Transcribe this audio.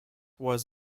was